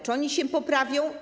Czy oni się poprawią?